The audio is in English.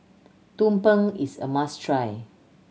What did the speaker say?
tumpeng is a must try